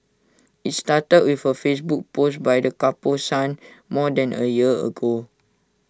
IT started with A Facebook post by the couple's son more than A year ago